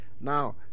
now